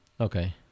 Okay